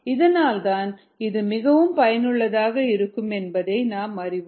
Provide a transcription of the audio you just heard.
இதனால்தான் இது மிகவும் பயனுள்ளதாக இருக்கும் என்பதை நாம் அறிவோம்